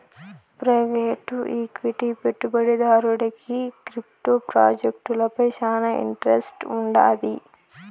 private equity పెట్టుబడిదారుడికి crypto ప్రాజెక్టులపై శానా ఇంట్రెస్ట్ వుండాది